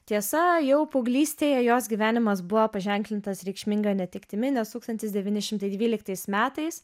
tiesa jau paauglystėje jos gyvenimas buvo paženklintas reikšminga netektimi nes tūkstantis devyni šimtai dvyliktais metais